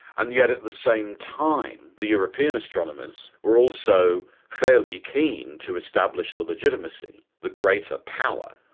and yet at the same time the european astronomers were also fairly keen to establish the legitimacy, the greater power,